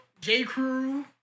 J.Crew